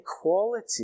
equality